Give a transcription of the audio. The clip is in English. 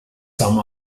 some